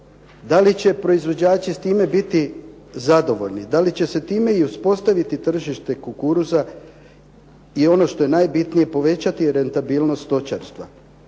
Da li će proizvođači s time biti zadovoljni? Da li će se time i uspostaviti tržište kukuruza i ono što je najbitnije, povećati rentabilnost stočarstva?